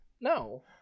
No